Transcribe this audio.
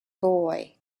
boy